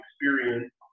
experience